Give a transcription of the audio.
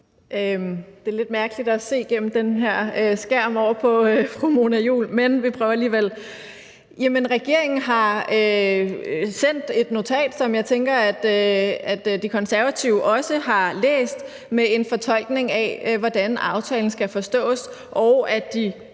Det er lidt mærkeligt at se over på fru Mona Juul gennem den her skærm, men vi prøver alligevel. Regeringen har sendt et notat, som jeg tænker De Konservative også har læst, med en fortolkning af, hvordan aftalen skal forstås, og at de